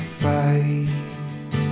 fight